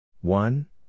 One